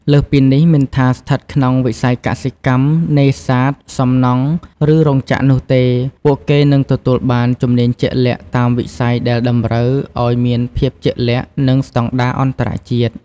លើសពីនេះ មិនថាស្ថិតក្នុងវិស័យកសិកម្ម នេសាទ សំណង់ ឬរោងចក្រនោះទេ ពួកគេនឹងទទួលបានជំនាញជាក់លាក់តាមវិស័យដែលតម្រូវឱ្យមានភាពជាក់លាក់ និងស្តង់ដារអន្តរជាតិ។